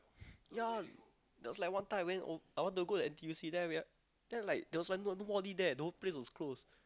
ya that was like one time I went I want to go the N_T_U_C then I wake up like no one really there the whole place was closed